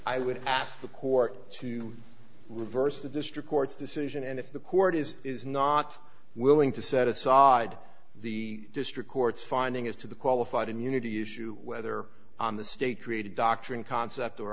i would ask the court to reverse the district court's decision and if the court is is not willing to set aside the district court's finding as to the qualified immunity issue whether on the state created doctrine concept or